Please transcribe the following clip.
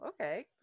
okay